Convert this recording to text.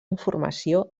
informació